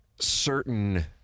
certain